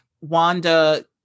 Wanda